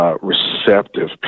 Receptive